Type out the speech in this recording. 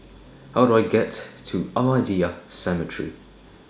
How Do I get to Ahmadiyya Cemetery